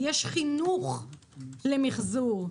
יש חינוך למיחזור,